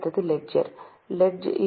அடுத்து லெட்ஜர்